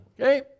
Okay